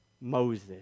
Moses